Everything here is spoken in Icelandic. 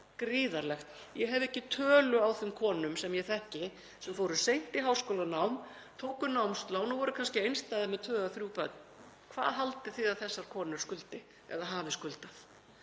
Ég hef ekki tölu á þeim konum sem ég þekki sem fóru seint í háskólanám, tóku námslán og voru kannski einstæðar með tvö eða þrjú börn. Hvað haldið þið að þessar konur skuldi eða hafi skuldað?